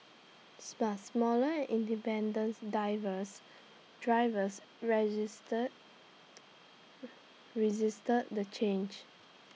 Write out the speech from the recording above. but smaller and independence divers drivers register resisted the change